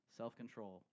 self-control